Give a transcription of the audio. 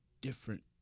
different